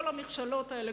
כל המכשלות האלה,